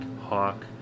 hawk